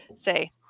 say